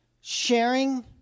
Sharing